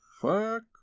Fuck